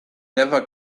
never